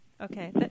Okay